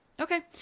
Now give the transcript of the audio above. Okay